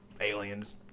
aliens